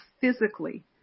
physically